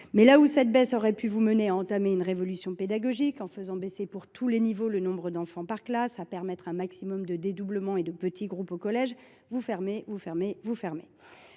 Mais là où cette baisse aurait pu vous conduire à entamer une révolution pédagogique, en réduisant pour tous les niveaux le nombre d’enfants par classe, et à permettre un maximum de dédoublements et de petits groupes au collège, vous fermez des classes, encore